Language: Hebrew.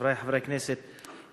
חברי חברי הכנסת,